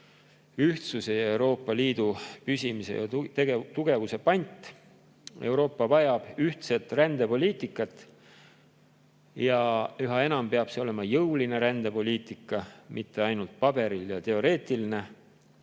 ühtsuse, Euroopa Liidu püsimise ja tugevuse pant. Euroopa vajab ühtset rändepoliitikat. Üha enam peab see olema jõuline rändepoliitika, mitte ainult paberil ja teoreetiline,